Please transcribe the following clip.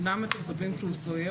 אמנם אתם כותרים שהוא סוהר,